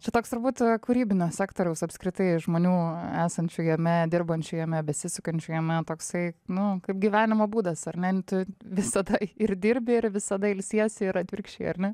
čia toks turbūt kūrybinio sektoriaus apskritai žmonių esančių jame dirbančių jame besisukančių jame toksai nu kaip gyvenimo būdas ar ne tu visada ir dirbi ir visada ilsiesi ir atvirkščiai ar ne